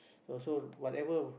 so so whatever